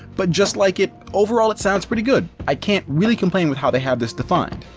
but just like it, overall it sounds pretty good. i can't really complain with how they have this defined.